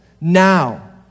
now